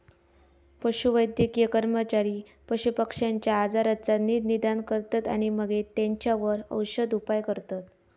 पशुवैद्यकीय कर्मचारी पशुपक्ष्यांच्या आजाराचा नीट निदान करतत आणि मगे तेंच्यावर औषदउपाय करतत